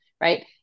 Right